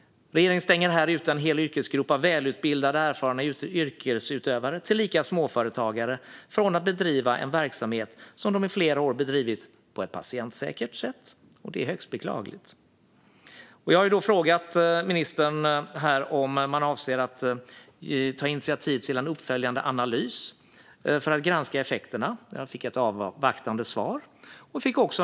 Regeringen stänger här ute en hel yrkesgrupp av välutbildade, erfarna yrkesutövare, tillika småföretagare, från att bedriva en verksamhet som de i flera år bedrivit på ett patientsäkert sätt. Det är högst beklagligt. Jag har frågat ministern om man avser att ta initiativ till en uppföljande analys för att granska effekterna, och där fick jag ett avvaktande svar.